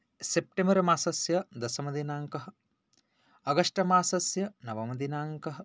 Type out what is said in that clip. September मासस्य दशमदिनाङ्कः August मासस्य नवमदिनाङ्कः